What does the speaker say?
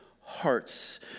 hearts